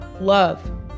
love